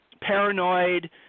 paranoid